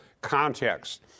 context